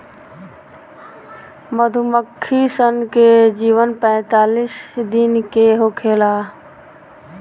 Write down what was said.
मधुमक्खी सन के जीवन पैतालीस दिन के होखेला